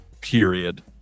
period